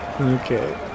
Okay